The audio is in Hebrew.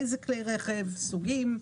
איזה כלי רכב וסוגים.